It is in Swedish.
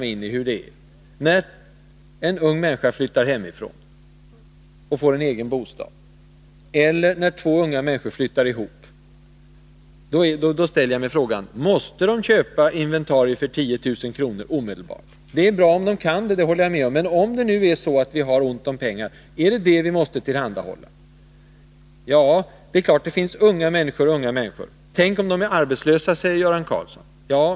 Jag har frågat mig: Måste en ung människa som flyttar hemifrån och får en egen bostad eller två unga människor som flyttar ihop köpa inventarier för 10000 kr. omedelbart? Det är bra om de kan göra det, det håller jag med om. Men om staten har ont om pengar, måste den då tillhandahålla just dessa pengar? Tänk om de är arbetslösa, säger Göran Karlsson.